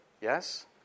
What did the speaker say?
yes